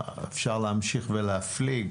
אפשר להמשיך ולהפליג